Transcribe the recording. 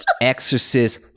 exorcist